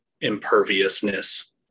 imperviousness